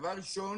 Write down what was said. דבר ראשון